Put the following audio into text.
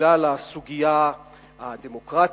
בגלל הסוגיה הדמוקרטית,